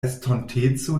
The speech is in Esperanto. estonteco